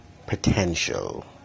Potential